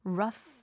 rough